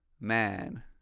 Man